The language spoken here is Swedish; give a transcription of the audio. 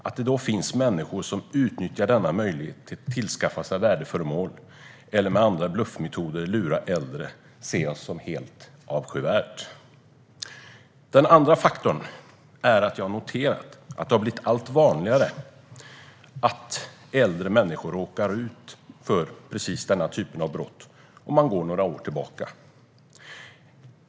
Att det då finns människor som utnyttjar denna möjlighet att tillskansa sig värdeföremål eller med andra bluffmetoder lura äldre ser jag som helt avskyvärt. Den andra anledningen är att jag har noterat att det har blivit allt vanligare att äldre människor råkar ut för precis denna typ av brott, om man går några år tillbaka.